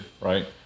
right